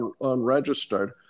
unregistered